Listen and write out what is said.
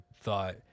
thought